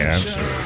Answer